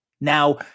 Now